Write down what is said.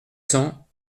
cents